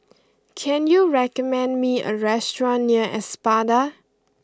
can you recommend me a restaurant near Espada